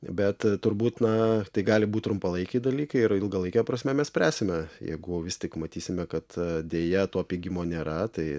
bet turbūt na tai gali būt trumpalaikiai dalykai ir ilgalaike prasme mes spręsime jeigu vis tik matysime kad deja to pigimo nėra tai